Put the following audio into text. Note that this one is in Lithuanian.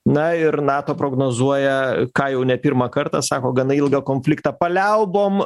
na ir nato prognozuoja ka jau ne pirmą kartą sako gana ilgą konfliktą paliaubom